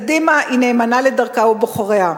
קדימה נאמנה לדרכה ולבוחריה.